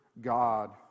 God